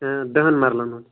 اۭں دَہن مَرلن ہُند